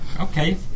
Okay